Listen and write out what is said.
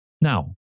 Now